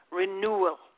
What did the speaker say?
renewal